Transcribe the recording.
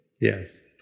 Yes